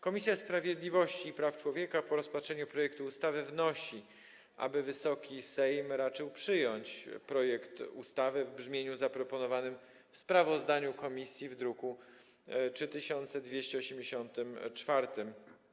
Komisja Sprawiedliwości i Praw Człowieka po rozpatrzeniu projektu ustawy wnosi, aby Wysoki Sejm raczył przyjąć projekt ustawy w brzmieniu zaproponowanym w sprawozdaniu komisji w druku nr 3284.